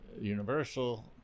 Universal